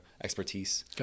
expertise